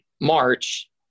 march